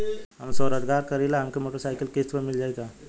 हम स्वरोजगार करीला हमके मोटर साईकिल किस्त पर मिल जाई का?